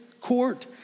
court